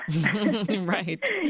Right